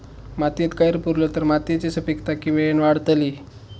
मातयेत कैर पुरलो तर मातयेची सुपीकता की वेळेन वाडतली?